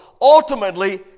ultimately